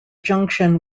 junction